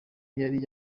yari